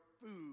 food